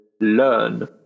learn